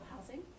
housing